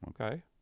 Okay